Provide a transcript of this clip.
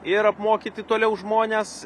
ir apmokyti toliau žmones